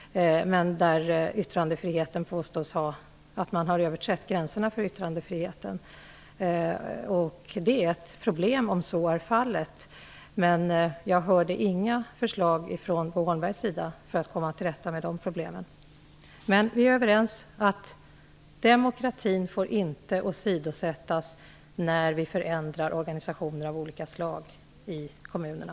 Men det påstås att gränserna för yttrandefriheten har överträtts i dessa fall. Det är ett problem. Men jag har inte hört några förslag från Bo Holmberg för att komma till rätta med problemen. Vi är överens om att demokratin inte får åsidosättas när organisationer av olika slag förändras i kommunerna.